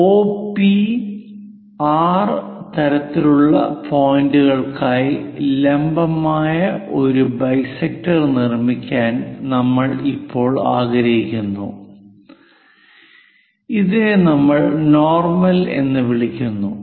OP R തരത്തിലുള്ള പോയിന്റുകൾക്കായി ലംബമായ ഒരു ബൈസെക്ടർ നിർമ്മിക്കാൻ നമ്മൾ ഇപ്പോൾ ആഗ്രഹിക്കുന്നു ഇതിനെ നമ്മൾ നോർമൽ എന്ന് വിളിക്കുന്നു